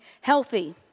healthy